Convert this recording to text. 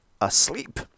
asleep